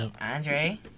Andre